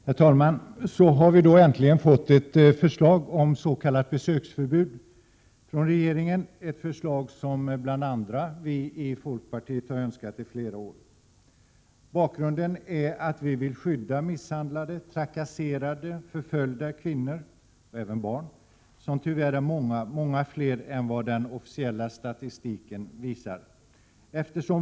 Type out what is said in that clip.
Herr talman! Så har vi då äntligen fått ett förslag från regeringen om s.k. besöksförbud, ett förslag som bl.a. vi i folkpartiet har önskat i flera år. Bakgrunden är att vi vill skydda misshandlade, trakasserade och förföljda kvinnor, och även barn. Det rör sig tyvärr om många kvinnor, långt fler än vad den officiella statistiken visar.